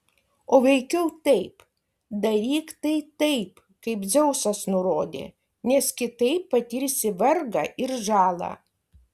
o veikiau taip daryk tai taip kaip dzeusas nurodė nes kitaip patirsi vargą ir žalą